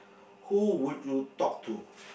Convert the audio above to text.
who would you talk to